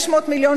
500 מיליון